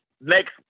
next